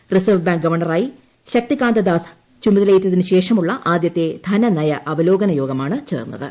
reserve Bank ഗവർണറായി ശക്തികാന്ത ദാസ് ചുമതലയേറ്റതിനു ശേഷമുള്ള ആദ്യത്തെ ധന നയ അവലോകന യോഗമാണ് ചേർന്നത്